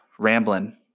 Rambling